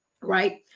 Right